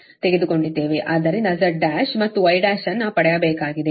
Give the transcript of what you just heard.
ಆದ್ದರಿಂದ Z1 ಮತ್ತು Y1 ಅನ್ನು ಪಡೆಯಬೇಕಾಗಿದೆ